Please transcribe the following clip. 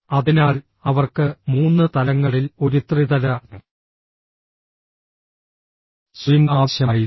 അതിനാൽ അവർക്ക് മൂന്ന് തലങ്ങളിൽ ഒരു ത്രിതല സ്വിംഗ് ആവശ്യമായിരുന്നു